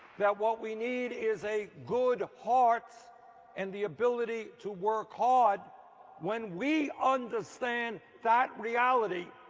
that what we need is a good heart and the ability to work hard when we understand that reality.